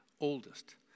oldest